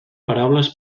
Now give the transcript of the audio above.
paraules